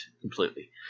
completely